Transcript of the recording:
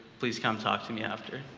please come talk to me after.